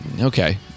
Okay